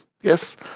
Yes